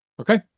Okay